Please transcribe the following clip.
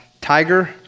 tiger